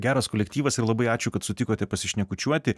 geras kolektyvas ir labai ačiū kad sutikote pasišnekučiuoti